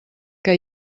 que